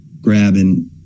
grabbing